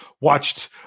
watched